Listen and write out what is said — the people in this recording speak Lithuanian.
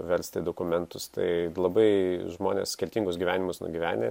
versti dokumentus tai labai žmonės skirtingus gyvenimus nugyvenę